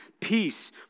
peace